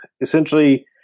essentially